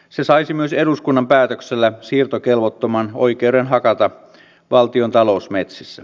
se saisi myös eduskunnan päätöksellä siirtokelvottoman oikeuden hakata valtion talousmetsissä